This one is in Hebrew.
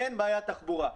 אין בעיית תחבורה.